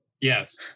yes